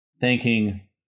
thanking